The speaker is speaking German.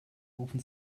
rufen